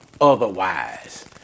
otherwise